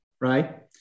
right